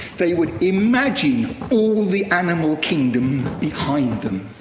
they would imagine all the animal kingdom behind them.